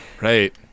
Right